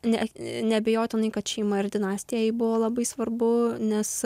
ne neabejotinai kad šeima ir dinastijai jai buvo labai svarbu nes